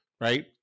Right